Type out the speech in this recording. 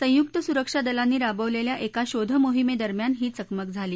संयुक्त सुरक्षा दलांनी राबवलेल्या एका शोध मोहिने दरम्यान ही चकमक झाली